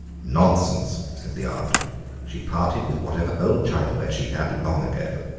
nonsense, said the aunt she parted with whatever old china ware she had long ago.